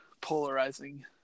polarizing